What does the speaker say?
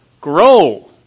grow